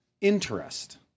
interest